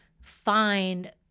find